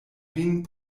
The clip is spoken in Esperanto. vin